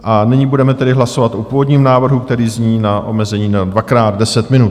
A nyní budeme tedy hlasovat o původním návrhu, který zní na omezení na dvakrát 10 minut.